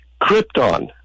krypton